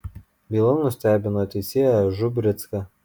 byla nustebino teisėją žubricką